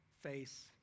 face